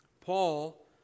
Paul